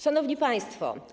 Szanowni Państwo!